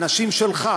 אנשים שלך,